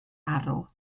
arw